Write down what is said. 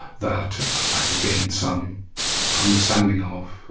that i could gain some understanding of,